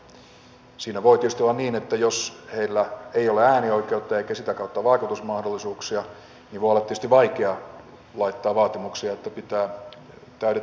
siinä voi tietysti olla niin että jos heillä ei ole äänioikeutta eikä sitä kautta vaikutusmahdollisuuksia niin voi olla vaikea laittaa vaatimuksia että pitää täydet jäsenmaksut maksaa